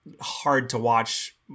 hard-to-watch